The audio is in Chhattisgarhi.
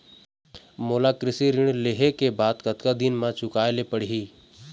मोला कृषि ऋण लेहे के बाद कतका दिन मा चुकाए ले पड़ही?